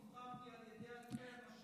נבחרתי על ידי אלפי אנשים בתוך המפלגה,